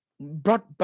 brought